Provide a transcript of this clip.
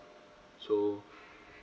so